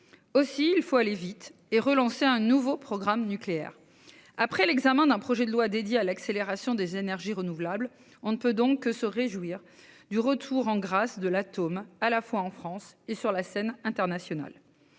Aussi, il faut aller vite et relancer un nouveau programme nucléaire. Après l'examen d'un projet de loi consacré à l'accélération des énergies renouvelables, on ne peut que se réjouir du retour en grâce de l'atome, à la fois en France et sur la scène internationale.